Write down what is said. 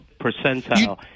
percentile